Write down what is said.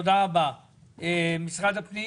משרד הפנים,